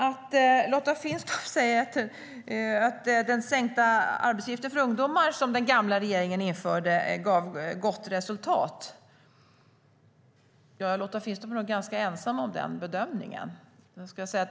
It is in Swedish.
Lotta Finstorp säger att den sänkta arbetsgivaravgiften för ungdomar, som den gamla regeringen införde, gav gott resultat. Lotta Finstorp är nog ganska ensam om den bedömningen.